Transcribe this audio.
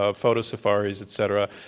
ah photo safaris, et cetera.